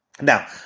Now